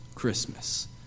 Christmas